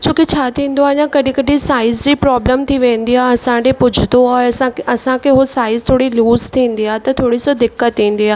छोकी छा थींदो आहे न कॾहिं कॾहिं साइज़ जी प्रॉब्लम थी वेंदी आहे असां ॾिए पुछंदो आहे ऐं असांखे असांखे उहो साइज़ थोरी लूज़ थींदी आहे त थोरी सी दिक़त थींदी आहे